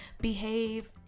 behave